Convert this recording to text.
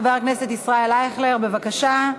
חבר הכנסת ישראל אייכלר, בבקשה.